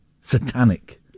satanic